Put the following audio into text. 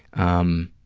um,